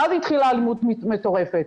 ואז התחילה אלימות מטורפת.